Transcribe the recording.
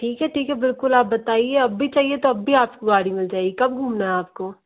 ठीक है ठीक है बिल्कुल आप बताइए अभी चाहिए तो अभी आपको गाड़ी मिल जाएगी कब घूमना है आपको